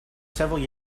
several